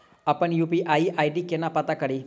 अप्पन UPI ID केना पत्ता कड़ी?